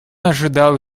ожидал